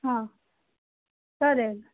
हां चालेल